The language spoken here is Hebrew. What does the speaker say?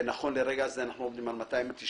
ונכון לרגע זה אנחנו עומדים על 299,